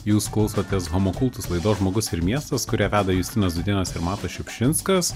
jūs klausotės homo kultus laidos žmogus ir miestas kurią veda justinas dūdėnas ir matas šiupšinskas